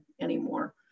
anymore